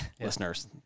listeners